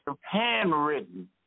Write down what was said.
handwritten